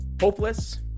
hopeless